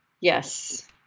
Yes